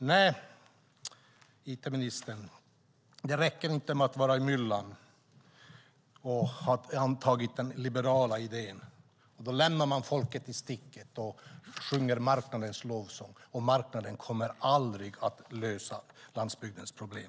Nej, it-ministern, det räcker inte med att vara i myllan och ha antagit den liberala idén. Då lämnar man folket i sticket och sjunger marknadens lov, och marknaden kommer aldrig att lösa landsbygdens problem.